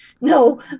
no